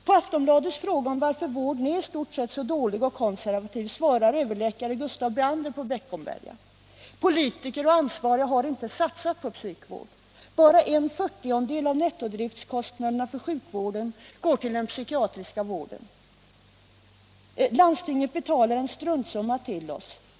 På Aftonbladets fråga varför vården i stort sett är så dålig och kon ”Politiker och ansvariga har inte satsat på psykvård. Bara 1/40 av nettodriftskostnaderna för sjukvården går till den psykiatriska vården. Landstinget betalar en struntsumma till oss.